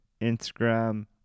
Instagram